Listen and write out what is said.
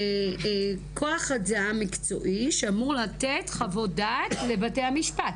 כוח אדם מקצועי שאמור לתת חוות דעת לבתי המשפט.